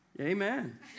Amen